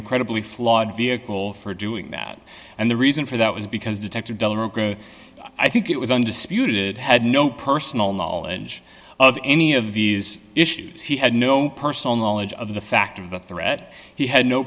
incredibly flawed vehicle for doing that and the reason for that was because detective i think it was undisputed had no personal knowledge of any of these issues he had no personal knowledge of the fact of the threat he had no